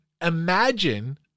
imagine